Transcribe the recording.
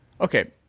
okay